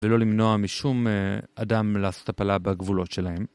ולא למנוע משום אדם לעשות הפלה בגבולות שלהם.